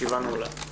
הישיבה נעולה.